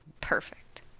Perfect